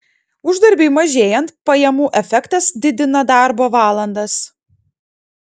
uždarbiui mažėjant pajamų efektas didina darbo valandas